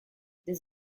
this